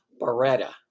Beretta